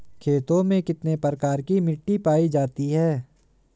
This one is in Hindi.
खेतों में कितने प्रकार की मिटी पायी जाती हैं?